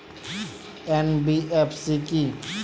NBFC কী?